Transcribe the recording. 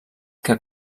que